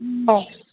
ꯑꯣ